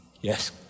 Yes